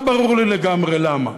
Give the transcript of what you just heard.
לא ברור לי לגמרי למה: